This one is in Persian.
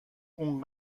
اون